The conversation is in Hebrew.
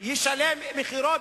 המשחק מקודשים.